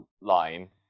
line